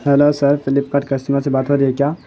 hello sir Flipkart customer سے بات ہو رہی ہے کیا